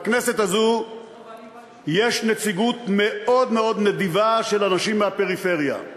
בכנסת הזאת יש נציגות מאוד מאוד נדיבה של אנשים מהפריפריה,